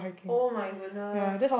[oh]-my-goodness